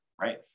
right